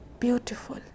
beautiful